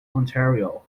ontario